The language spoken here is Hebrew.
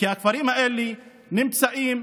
כי הכפרים האלה נמצאים,